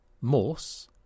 morse